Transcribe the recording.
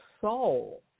soul